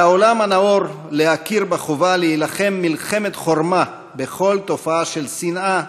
על העולם הנאור להכיר בחובה להילחם מלחמת חורמה בכל תופעה של שנאה,